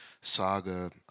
saga